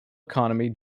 economy